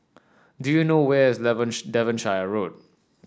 do you know where is Devonshire Road